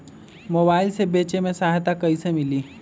Mobile से बेचे में सहायता कईसे मिली?